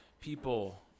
people